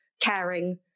caring